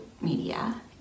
media